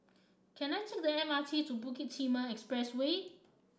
can I take the M R T to Bukit Timah Expressway